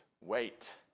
wait